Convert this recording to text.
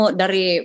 dari